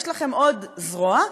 יש לכם עוד זרוע,